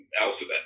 alphabet